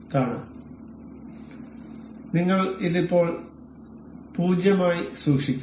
അതിനാൽ നിങ്ങൾ ഇത് ഇപ്പോൾ 0 ആയി സൂക്ഷിക്കും